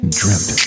dreamt